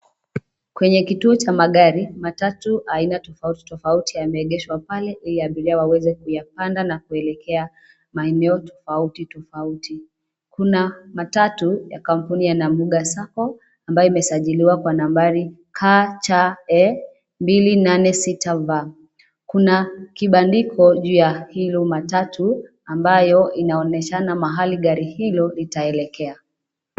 Kwenye kituo cha magari matatu aina tofauti tofauti yameegeshwa pale ili abiria waweze kuyapanda na kuelekea maeneo tofauti tofauti, kuna, matatu ya kampuni ya Namuga Sacco , ambayo imesajiliwa kwa nambari KCE 286V , kuna, kibandiko juu ya hiyo matatu ambayo inaonyeshana mahali gari hilo litaelekea.